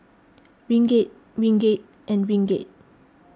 Ringgit Ringgit and Ringgit